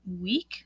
week